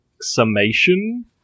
summation